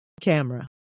camera